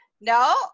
No